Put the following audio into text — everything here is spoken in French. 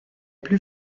plus